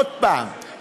עוד פעם,